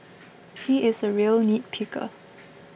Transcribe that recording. he is a real nitpicker